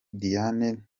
diane